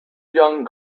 young